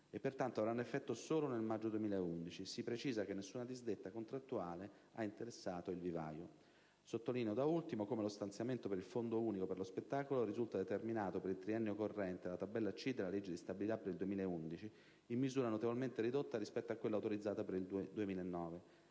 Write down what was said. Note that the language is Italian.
e pertanto avranno effetto solo nel maggio 2011; si precisa che nessuna disdetta contrattuale ha interessato il vivaio. Sottolineo, da ultimo, come lo stanziamento per il Fondo unico per lo spettacolo risulta determinato, per il triennio corrente, dalla tabella C della legge di stabilità per il 2011, in misura notevolmente ridotta rispetto a quella autorizzata per il 2009,